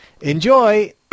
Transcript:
Enjoy